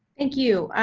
thank you.